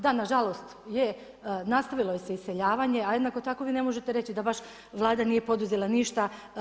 Da, nažalost, nastavilo se iseljavanje, a jednako tako vi ne možete reći da baš Vlada nije poduzela ništa.